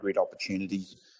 opportunities